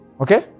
Okay